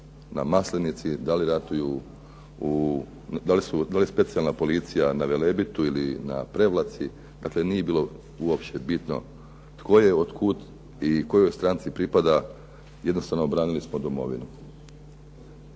da li Slavonci ratuju na Maslenici, da li je specijalna policija na Velebitu ili na Prevlaci, dakle nije bilo uopće bitno tko je od kuda i kojoj stranci pripada, jednostavno branili smo domovinu.